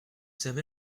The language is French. savez